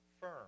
firm